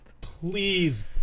Please